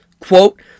quote